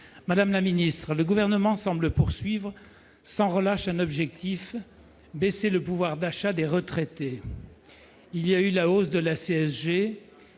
Madame la ministre, le Gouvernement semble poursuivre sans relâche un objectif : baisser le pouvoir d'achat des retraités ! Il y a eu la hausse de la CSG